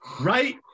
Right